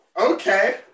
okay